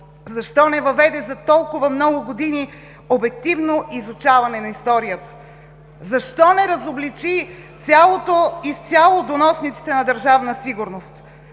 Защо не въведе за толкова много години обективно изучаване на историята? Защо не разобличи изцяло доносниците на Държавна сигурност?